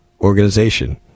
organization